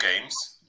games